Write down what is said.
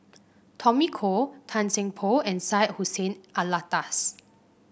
Tommy Koh Tan Seng Poh and Syed Hussein Alatas